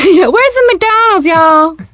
yeah, where's the mcdonald's y'all?